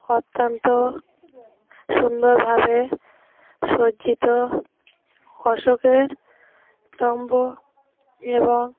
অত্যন্ত সুন্দরভাবে সজ্জিত অশোকের স্তম্ভ এবং